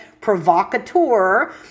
provocateur